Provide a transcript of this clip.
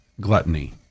gluttony